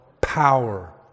power